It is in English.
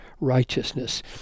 righteousness